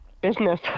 business